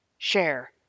share